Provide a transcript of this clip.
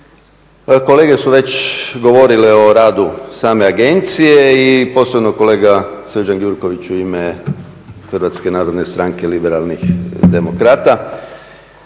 Kolege su već govorile o radu same agencije i posebno kolega Srđan Gjurković u ime HNS-a liberalnih demokrata.